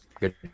good